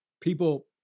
people